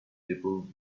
people